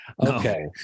Okay